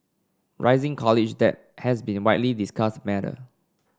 rising college debt has been widely discussed matter